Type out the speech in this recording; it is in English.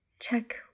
Check